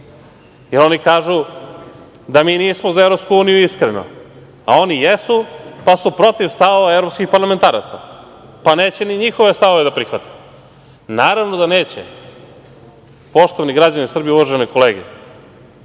Oni kažu da mi nismo za EU iskreno, a oni jesu, pa su protiv stavova evropskih parlamentaraca. Pa neće ni njihove stavove da prihvate. Naravno da neće. Poštovani građani Srbije, uvažene kolege,